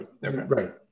right